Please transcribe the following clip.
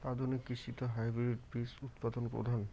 আধুনিক কৃষিত হাইব্রিড বীজ উৎপাদন প্রধান